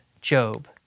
Job